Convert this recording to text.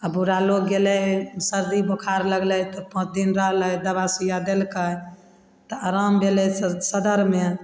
आओर बूढ़ा लोग गेलय सर्दी बोखार लगलय तऽ पाँच दिन रहलय दवा सूइया देलकय तऽ आराम भेलय तऽ सदरमे